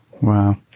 Wow